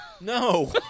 No